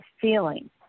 feeling